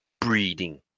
breeding